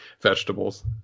vegetables